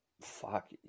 fuck